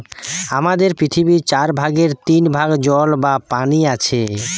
আমাদের পৃথিবীর চার ভাগের তিন ভাগ জল বা পানি আছে